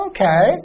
Okay